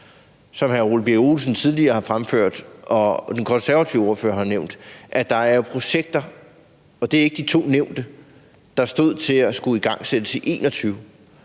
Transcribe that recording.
som hr. Ole Birk Olesen tidligere har fremført, og som den konservative ordfører har nævnt, rigtigt, at der er projekter – og det er ikke de to nævnte – der stod til at skulle igangsættes i 2021.